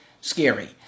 scary